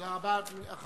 תודה רבה, אדוני.